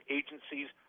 agencies